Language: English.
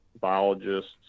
biologists